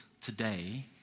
today